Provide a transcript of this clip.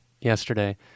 yesterday